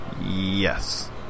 Yes